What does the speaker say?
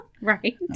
Right